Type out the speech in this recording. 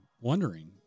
wondering